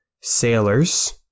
sailors